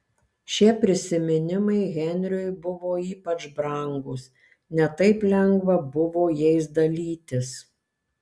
šie prisiminimai henriui buvo ypač brangūs ne taip lengva buvo jais dalytis